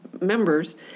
members